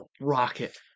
rocket